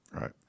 Right